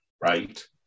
right